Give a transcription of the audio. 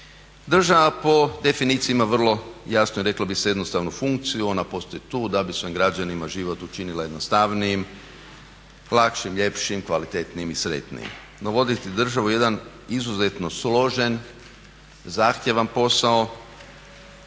Država po definiciji ima vrlo jasnu i reklo bi se jednostavnu funkciju, ona postoji tu da bi svojim građanima život učinila jednostavnijim, lakšim, kvalitetnijim i sretnijim. No voditi državu je jedan izuzetno složen, zahtjevan posao